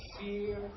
fear